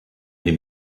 dem